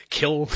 kill